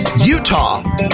Utah